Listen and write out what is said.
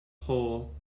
hull